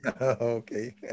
Okay